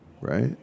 Right